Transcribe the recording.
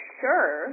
sure